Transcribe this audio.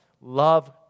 love